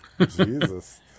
Jesus